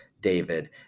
David